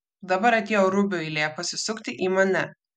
dabar atėjo rubio eilė pasisukti į mane